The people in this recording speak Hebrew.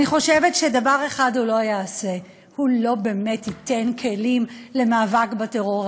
אני חושבת שדבר אחד הוא לא יעשה: הוא לא באמת ייתן כלים למאבק בטרור,